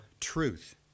truth